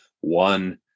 one